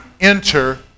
enter